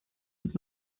wird